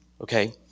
okay